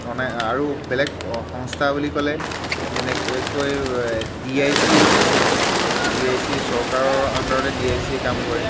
নাই আৰু বেলেগ সংস্থা বুলি ক'লে তেনেকৈ ডি আই চি আছে ডি আই চি চৰকাৰৰ আণ্ডাৰতে ডি আই চি কাম কৰে